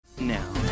now